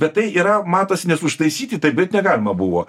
bet tai yra matosi nes užtaisyti tai beveik negalima buvo